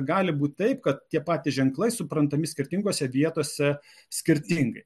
gali būti taip kad tie patys ženklai suprantami skirtingose vietose skirtingai